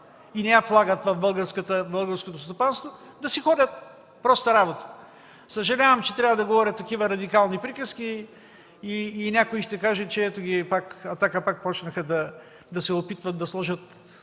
не я влагат в българското стопанство. Да си ходят, проста работа! Съжалявам, че трябва да говоря такива радикални приказки. Някой ще каже: „Ето ги, от „Атака” пак почнаха да се опитват да сложат